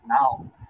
now